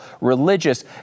religious